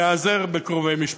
להיעזר בקרובי משפחה.